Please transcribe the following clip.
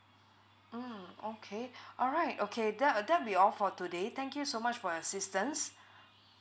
mm okay alright okay that that would be all for today thank you so much for your assistance